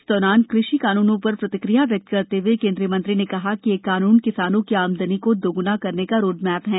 इस दौरान कृषि कानूनों पर प्रतिक्रिया व्यक्त करते हए कैंद्रीय मंत्री ने कहा कि ये कानून किसानों कि आमदनी दोग्ना करने का रोड मैप है